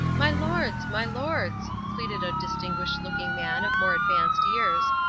my lords, my lords! pleaded a distinguished-looking man of more advanced years,